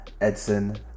Edson